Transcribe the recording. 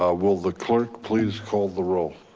ah will the clerk please call the roll.